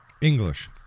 English